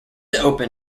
open